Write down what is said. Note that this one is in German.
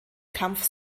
kampf